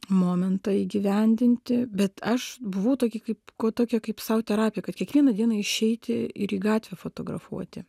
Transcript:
momentą įgyvendinti bet aš buvau tokį kaip ko tokią kaip sau terapiją kad kiekvieną dieną išeiti ir į gatvę fotografuoti